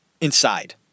inside